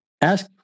ask